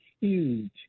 huge